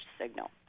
signal